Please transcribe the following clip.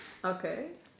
okay